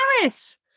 Paris